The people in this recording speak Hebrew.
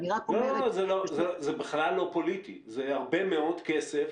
זה בכלל לא פוליטי, זה הרבה מאות כסף